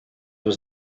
was